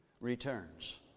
returns